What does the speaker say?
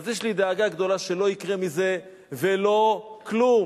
אז יש לי דאגה גדולה שלא יקרה מזה ולא כלום.